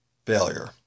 failure